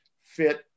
fit